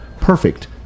perfect